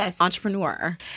entrepreneur